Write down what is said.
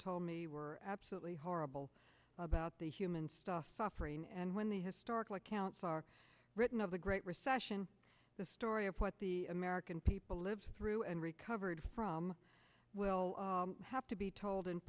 told me were absolutely horrible about the human stuff suffering and when the historical accounts are written of the great recession the story of what the american people lived through and recovered from will have to be told